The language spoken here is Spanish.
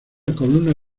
columna